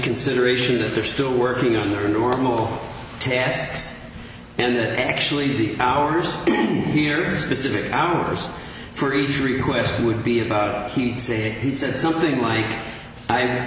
consideration that they're still working on the normal tasks and that actually the hours here are the specific hours for each request would be about he'd say he said something like i